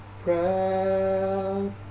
proud